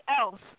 else